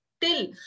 Till